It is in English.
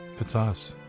it's us.